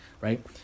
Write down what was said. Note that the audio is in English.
right